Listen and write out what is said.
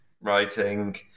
writing